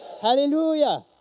Hallelujah